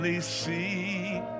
see